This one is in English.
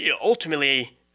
ultimately